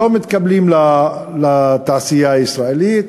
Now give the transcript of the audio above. שלא מתקבלים לתעשייה הישראלית.